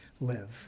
live